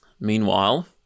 Meanwhile